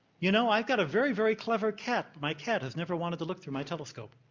you know, i got a very, very clever cat. my cat has never wanted to look through my telescope.